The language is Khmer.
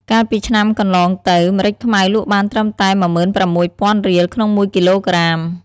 កាលពីឆ្នាំកន្លងទៅ ម្រេចខ្មៅលក់បានត្រឹមតែ ១៦០០០ រៀល ក្នុងមួយគីឡូក្រាម។